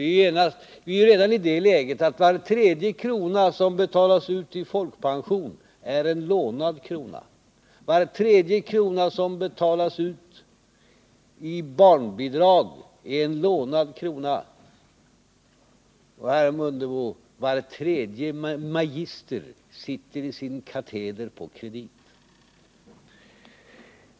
Vi befinner oss redan i det läget att var tredje krona som betalas ut i folkpension är en lånad krona. Var tredje krona som betalas ut i barnbidrag är en lånad krona, och, herr Mundebo, var tredje magister sitter i sin kateder på kredit.